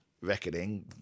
reckoning